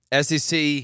SEC